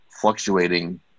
fluctuating